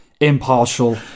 impartial